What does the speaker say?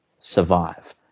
Survive